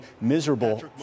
miserable